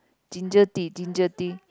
ginger tea ginger tea